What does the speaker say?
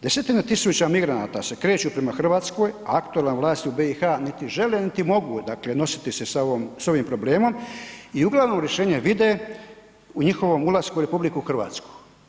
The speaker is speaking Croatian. Desetine tisuća migranata se kreću prema Hrvatskoj, a aktualna vlast u BiH niti žele nit mogu dakle nositi se sa ovim problemom i uglavnom rješenje vide u njihovom ulasku u RH.